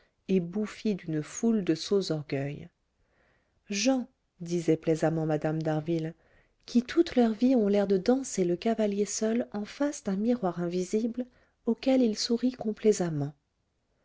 et bouffie d'une foule de sots orgueils gens disait plaisamment mme d'harville qui toute leur vie ont l'air de danser le cavalier seul en face d'un miroir invisible auquel ils sourient